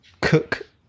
cook